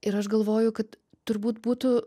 ir aš galvoju kad turbūt būtų